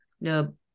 no